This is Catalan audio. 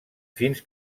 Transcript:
fins